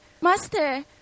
Master